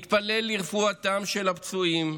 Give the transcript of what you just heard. מתפלל לרפואתם של הפצועים,